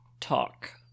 talk